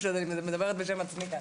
אני מדברת בשם עצמי.